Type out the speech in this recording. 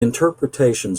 interpretations